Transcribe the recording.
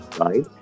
right